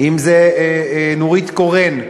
נורית קורן,